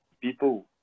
people